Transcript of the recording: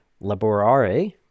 laborare